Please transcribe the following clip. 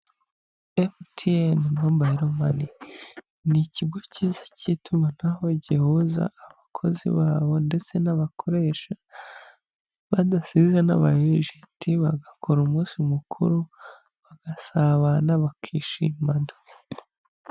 Emutiyene mobayiro mani ni ikigo cyiza cy'itumanaho, gihuza abakozi babo, ndetse n'abakoresha, badasize n'aba ejenti, bagakora umunsi mukuru, bagasabana, bakishimana.